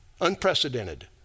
unprecedented